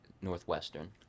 Northwestern